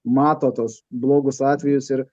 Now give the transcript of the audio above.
mato tuos blogus atvejus ir